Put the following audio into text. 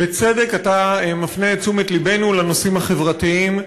בצדק אתה מפנה את תשומת לבנו לנושאים החברתיים,